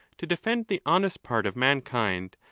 to defend the honest part of mankind,